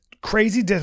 crazy